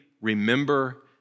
remember